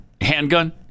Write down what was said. handgun